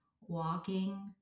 walking